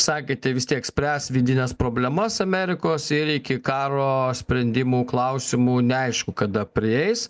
sakėte vis tiek spręs vidines problemas amerikos ir iki karo sprendimų klausimų neaišku kada prieis